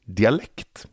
dialekt